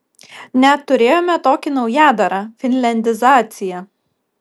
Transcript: net turėjome tokį naujadarą finliandizacija